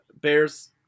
bears